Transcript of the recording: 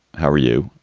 how are you?